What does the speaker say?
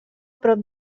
prop